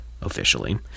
officially